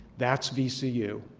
that's vcu.